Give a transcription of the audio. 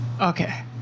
Okay